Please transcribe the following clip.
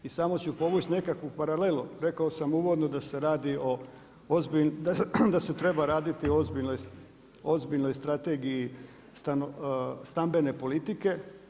I samo ću pomoći nekakvu paralelu, rekao sam uvodno da se radi o ozbiljnim, da se treba raditi o ozbiljnoj strategiji stambene politike.